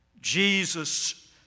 Jesus